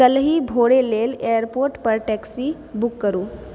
काल्हि भोरे लेल एयरपोर्ट पर टैक्सी बुक करू